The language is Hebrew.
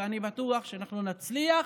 ואני בטוח שאנחנו נצליח